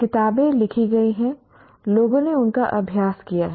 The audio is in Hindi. किताबें लिखी गई हैं लोगों ने उनका अभ्यास किया है